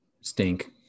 Stink